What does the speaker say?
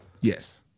Yes